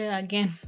again